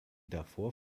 davor